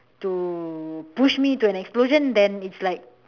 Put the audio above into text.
to push me to an explosion then it's like